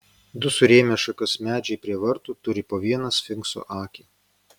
du surėmę šakas medžiai prie vartų turi po vieną sfinkso akį